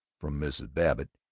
from mrs. babbitt